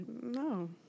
no